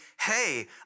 hey